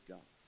God